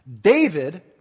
David